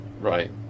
Right